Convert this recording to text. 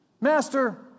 Master